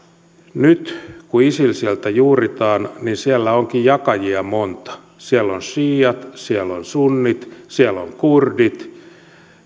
nyt kun isiliä juuritaan niin siellä onkin jakajia monta siellä on siiat siellä on sunnit siellä on kurdit